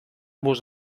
vos